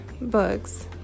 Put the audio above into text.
books